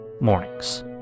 mornings